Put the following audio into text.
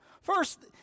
First